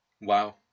Wow